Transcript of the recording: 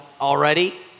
already